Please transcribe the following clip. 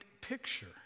picture